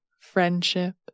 friendship